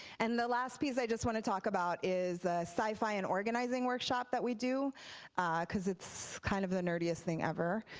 and the last piece i just want to talk about is a sci-fi and organizing workshop that we do because it's kind of the nerdiest thing ever.